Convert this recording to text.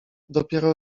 dopiero